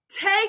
take